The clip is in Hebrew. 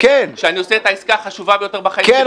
כשאני עושה את העסקה החשובה ביותר בחיים שלי -- כן,